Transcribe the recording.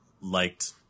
liked